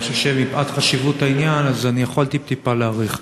אני חושב שמפאת חשיבות העניין אני יכול טיפ-טיפה להאריך.